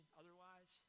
otherwise